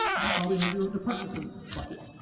you probably have your own departmental bucket.